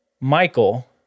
Michael